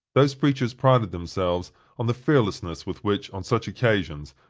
those preachers prided themselves on the fearlessness with which, on such occasions,